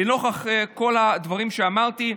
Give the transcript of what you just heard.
לנוכח כל הדברים שאמרתי,